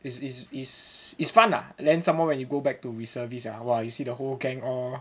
is is is is fun lah then some more when you go back to reservice !wah! you see the whole gang all